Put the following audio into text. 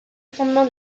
fondement